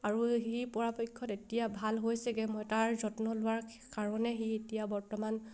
আৰু সি পৰাপক্ষত এতিয়া ভাল হৈছেগৈ মই তাৰ যত্ন লোৱাৰ কাৰণে সি এতিয়া বৰ্তমান